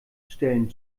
stellen